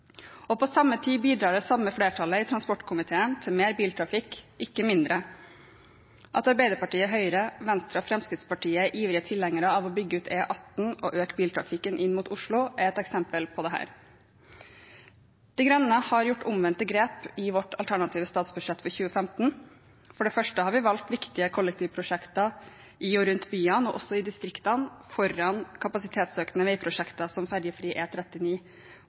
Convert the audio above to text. samme flertallet i transportkomiteen til mer biltrafikk, ikke mindre. At Arbeiderpartiet, Høyre, Venstre og Fremskrittspartiet er ivrige tilhengere av å bygge ut E18 og øke biltrafikken inn mot Oslo, er et eksempel på dette. Miljøpartiet De Grønne har gjort omvendte grep i vårt alternative statsbudsjett for 2015. For det første har vi valgt viktige kollektivprosjekter i og rundt byene, og også i distriktene, foran kapasitetsøkende veiprosjekter som